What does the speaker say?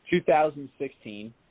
2016 –